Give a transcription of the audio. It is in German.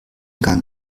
gang